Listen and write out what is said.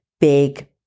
big